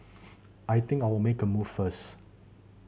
I think I'll make a move first